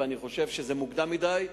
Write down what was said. ואני חושב שזה מוקדם מדי.